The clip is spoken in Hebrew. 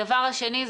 דבר שני.